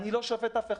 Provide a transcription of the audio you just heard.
אני לא שופט אף אחד,